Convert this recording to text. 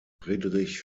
friedrich